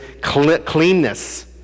cleanness